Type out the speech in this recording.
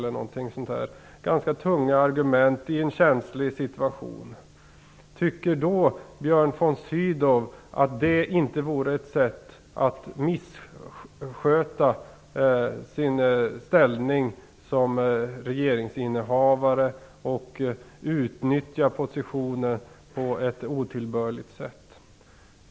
Det rör sig alltså om ganska tunga argument i en känslig situation. Tycker då inte Björn von Sydow att det vore ett sätt att missköta sin ställning som regeringsinnehavare och att otillbörligt utnyttja sin position?